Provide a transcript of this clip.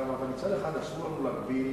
אתה אמרת: מצד אחד אסור לנו להגביל